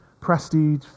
Prestige